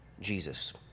Jesus